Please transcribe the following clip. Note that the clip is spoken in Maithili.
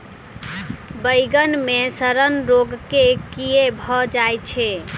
बइगन मे सड़न रोग केँ कीए भऽ जाय छै?